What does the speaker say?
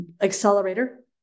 accelerator